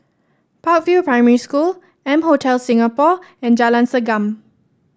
Park View Primary School M Hotel Singapore and Jalan Segam